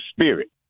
spirit